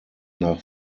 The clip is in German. nach